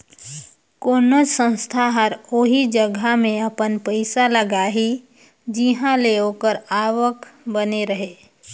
कोनोच संस्था हर ओही जगहा में अपन पइसा लगाही जिंहा ले ओकर आवक बने रहें